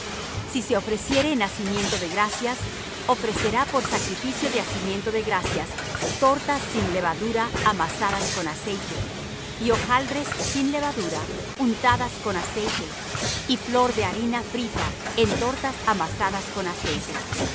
si se ofreciere en hacimiento de gracias ofrecerá por sacrificio de hacimiento de gracias tortas sin levadura amasadas con aceite y hojaldres sin levadura untadas con aceite y flor de harina frita en tortas amasadas con aceite